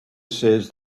says